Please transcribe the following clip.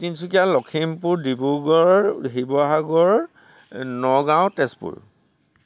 Tinsukia Lakhimpur Dibrugarh Sivasagar Nagaon Tezpur